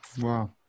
Wow